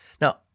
Now